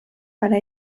para